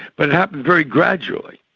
but it happened very gradually.